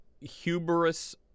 hubris